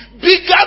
bigger